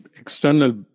external